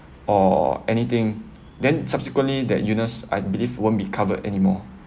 or anything then subsequently that illness I believe won't be covered anymore